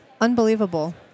Unbelievable